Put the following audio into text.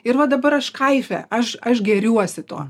ir va dabar aš kaife aš aš gėriuosi tuo